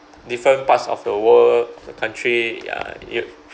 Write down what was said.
different parts of the world the country ya you